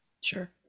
Sure